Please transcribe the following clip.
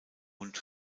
und